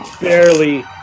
barely